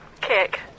kick